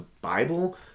Bible